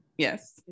Yes